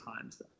times